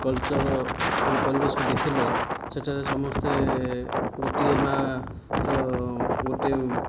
culture ମାନେ ପରିବେଶକୁ ଦେଖିଲେ ସେଠାରେ ସମସ୍ତେ ଗୋଟିଏ ମାଆର ଗୋଟିଏ